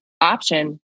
option